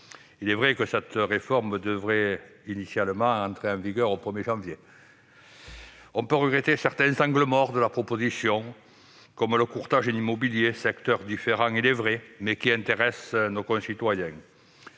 Il est vrai que cette réforme devait initialement entrer en vigueur au 1 janvier ... On peut regretter certains « angles morts » de la proposition de loi, comme le courtage en immobilier, secteur différent il est vrai, mais qui intéresse nos concitoyens.